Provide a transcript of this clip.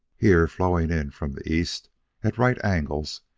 here, flowing in from the east at right angles,